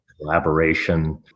collaboration